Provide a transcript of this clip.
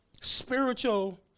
spiritual